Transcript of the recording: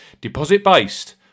Deposit-based